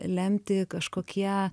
lemti kažkokie